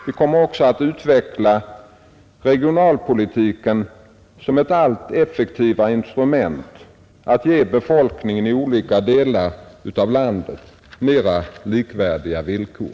Vi kommer också att utveckla regionalpolitiken som ett allt effektivare instrument för att ge befolkningen i olika delar av landet mera likvärdiga villkor.